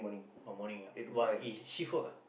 oh morning ah what it's shift work ah